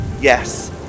yes